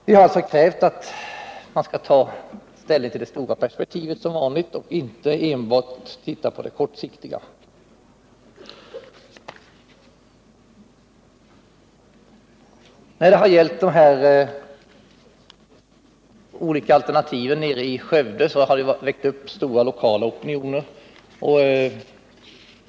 Vi har alltså, som vanligt, krävt att man ska ta ställning till det stora perspektivet och inte enbart titta på det kortsiktiga. När det har gällt de olika alternativen i Skövde har det väckts stora lokala opinioner.